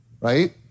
right